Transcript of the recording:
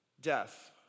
death